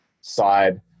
side